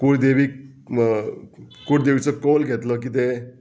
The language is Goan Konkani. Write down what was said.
कुळदेवीक कुळदेवीचो कॉल घेतलो कितें